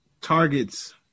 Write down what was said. targets